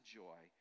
joy